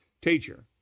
teacher